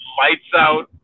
lights-out